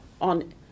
on